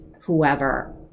whoever